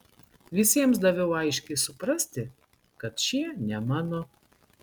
visiems daviau aiškiai suprasti kad šie ne mano